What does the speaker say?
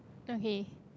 okay